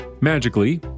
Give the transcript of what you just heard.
magically